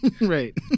Right